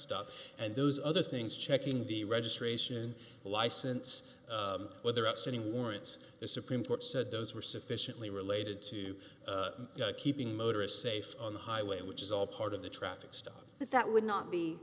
stop and those other things checking the registration license whether outstanding warrants the supreme court said those were sufficiently related to keeping motorists safe on the highway which is all part of the traffic stop but that would not be